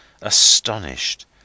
astonished